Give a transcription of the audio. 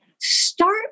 start